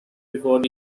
before